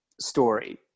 story